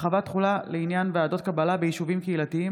(הרחבת תחולה לעניין ועדות קבלה ביישובים קהילתיים),